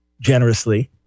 generously